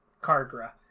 Cargra